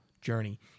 journey